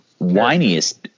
whiniest